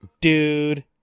dude